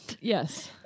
yes